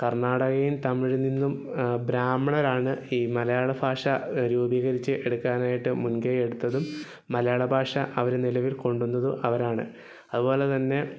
കർണ്ണാടകയും തമിഴിൽ നിന്നും ബ്രാഹ്മണരാണ് ഈ മലയാള ഭാഷ രൂപീകരിച്ച് എടുക്കാനായിട്ട് മുൻകൈ എടുത്തതും മലയാള ഭാഷ അവർ നിലവിൽ കൊണ്ടുവന്നതും അവരാണ് അതുപോലെ തന്നെ